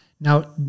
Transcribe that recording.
Now